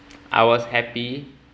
I was happy